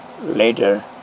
later